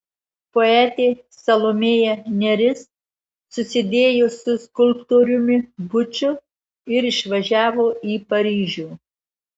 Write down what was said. poetė salomėja nėris susidėjo su skulptoriumi buču ir išvažiavo į paryžių